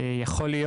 חלק מהנתונים.